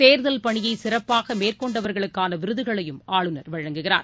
தேர்தல் பணியை சிறப்பாக மேற்கொண்டவர்களுக்கான விருதுகளையும் ஆளுநர் வழங்குகிறார்